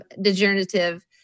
degenerative